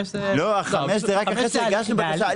לא, החמש זה רק אחרי שהגשנו בקשה.